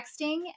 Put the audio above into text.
texting